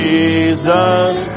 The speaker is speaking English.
Jesus